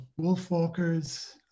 Wolfwalkers